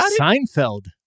Seinfeld